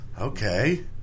okay